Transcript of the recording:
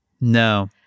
No